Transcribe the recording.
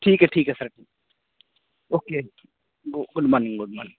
ٹھیک ہے ٹھیک ہے sir okay good morning good morning